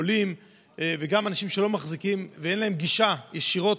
מעולים וגם מאנשים שלא מחזיקים אינטרנט ואין להם גישה אליו ישירות,